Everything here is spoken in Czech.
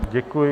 Děkuji.